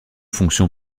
fonctions